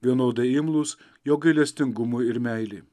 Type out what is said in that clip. vienodai imlūs jo gailestingumui ir meilei